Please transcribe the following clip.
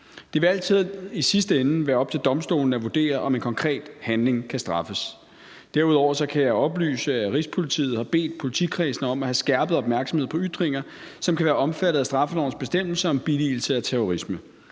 Det vil altid i sidste ende være op til domstolene at vurdere, om en konkret handling kan straffes. Derudover kan jeg oplyse, at Rigspolitiet har bedt politikredsene om at have skærpet opmærksomhed på ytringer, som kan være omfattet af straffelovens bestemmelse om billigelse af terrorisme.